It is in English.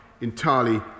entirely